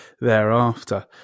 thereafter